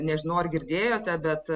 nežinau ar girdėjote bet